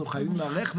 אנחנו חייבים להיערך,